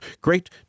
great